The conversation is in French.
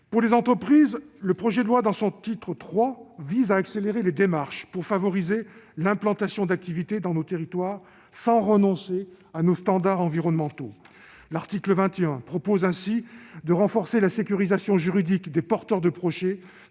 Pour les entreprises, le projet de loi, dans son titre III, prévoit l'accélération des démarches afin de favoriser l'implantation d'activités dans nos territoires, sans renoncer à nos standards environnementaux. L'article 21 prévoit ainsi de renforcer la sécurisation juridique des porteurs de projets